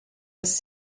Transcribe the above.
was